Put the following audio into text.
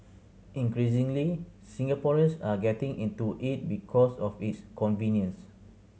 increasingly Singaporeans are getting into it because of its convenience